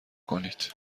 کنید